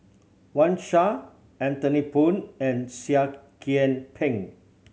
Wang Sha Anthony Poon and Seah Kian Peng